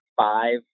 five